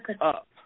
up